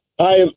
Hi